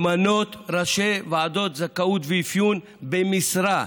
למנות ראשי ועדות זכאות ואפיון במשרה,